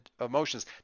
emotions